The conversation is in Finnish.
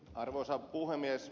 arvoisa puhemies